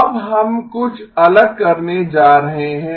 अब हम कुछ अलग करने जा रहे हैं